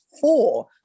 four